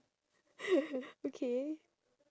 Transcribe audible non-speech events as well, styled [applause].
[noise] okay